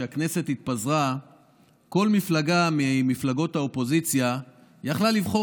כשהכנסת התפזרה כל מפלגה ממפלגות האופוזיציה יכלה לבחור